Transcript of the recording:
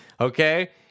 okay